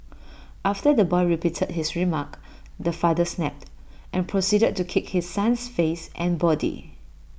after the boy repeated his remark the father snapped and proceeded to kick his son's face and body